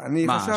אני חשבתי,